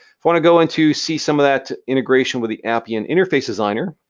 wanna go in to see some of that integration with the appian interface designer.